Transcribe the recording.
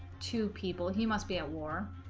two people he must be at war